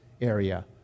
area